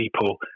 people